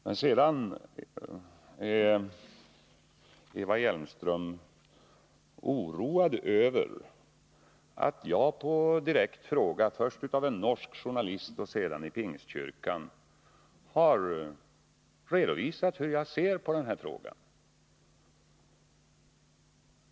Men sedan är Eva Hjelmström oroad av att jag på direkt fråga, först av en norsk journalist och sedan i Pingstkyrkan, har redovisat hur jag ser på detta spörsmål.